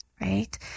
right